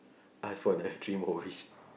ask for the three more wish